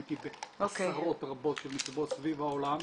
הייתי בעשרות רבות של מסיבות סביב העולם,